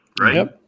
right